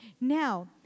Now